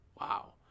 wow